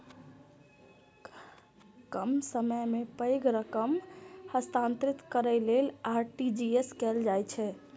कम समय मे पैघ रकम हस्तांतरित करै लेल आर.टी.जी.एस कैल जाइ छै